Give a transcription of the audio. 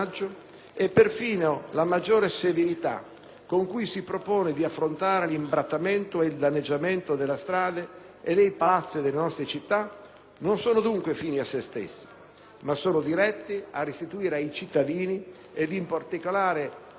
con cui si propone di affrontare l'imbrattamento ed il danneggiamento delle strade e dei palazzi delle nostre città non sono dunque fini a se stessi, ma sono diretti a restituire ai cittadini, in particolare proprio a quelli più deboli, il loro ambiente di vita